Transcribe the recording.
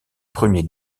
premiers